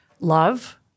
love